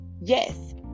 Yes